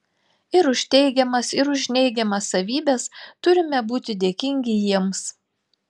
ir už teigiamas ir už neigiamas savybes turime būti dėkingi jiems